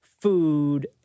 Food